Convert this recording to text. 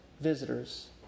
visitors